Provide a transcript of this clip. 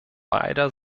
beider